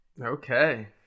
Okay